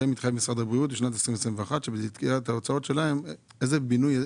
עליהם התחייב משרד הבריאות בשנת 2021. איזה בינוי?